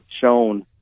shown